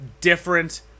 different